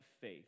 faith